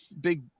big